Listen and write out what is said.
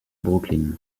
brooklyn